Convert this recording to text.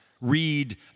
read